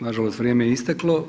Nažalost, vrijeme je isteklo.